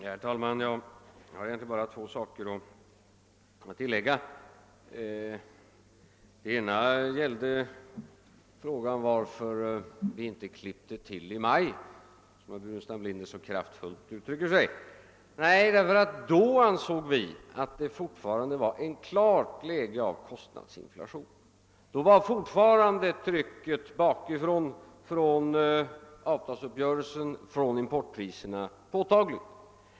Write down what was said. Herr talman! Jag har egentligen bara två saker att tillägga. Det ena gäller frågan varför vi inte klippte till i maj, som herr Burenstam Linder så kraftfullt uttryckte det. Nej, det gjorde vi inte, därför att då ansåg vi att det var alldeles klart att vi befann oss i en kostnadsinflation. Då var fortfarande trycket bakifrån, från avtalsuppgörelsen och från importpriserna påtagligt.